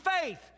faith